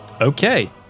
Okay